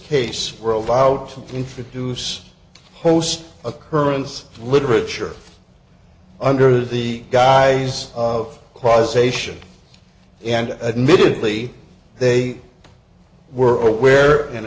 case were allowed to introduce host occurrence literature under the guise of causation and admittedly they we're aware and